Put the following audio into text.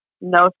no